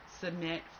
submit